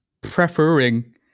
preferring